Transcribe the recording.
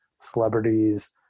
celebrities